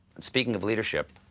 speaking of leadership,